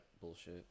bullshit